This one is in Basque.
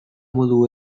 modu